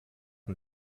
und